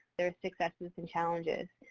their successes and challenges.